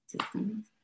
systems